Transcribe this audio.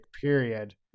period